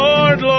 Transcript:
Lord